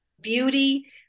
beauty